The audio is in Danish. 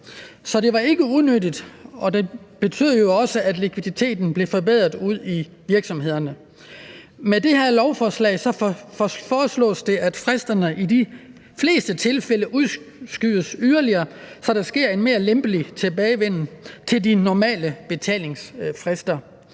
og det var ikke unødvendigt. Det betød jo også, at likviditeten blev forbedret ude i virksomhederne. Med det her lovforslag foreslås det, at fristerne i de fleste tilfælde udskydes yderligere, så der sker en mere lempelig tilbagevenden til de normale betalingsfrister.